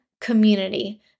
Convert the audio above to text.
community